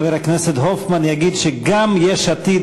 חבר הכנסת הופמן יגיד שגם יש עתיד